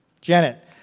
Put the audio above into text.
Janet